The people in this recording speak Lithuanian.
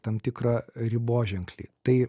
tam tikrą riboženklį tai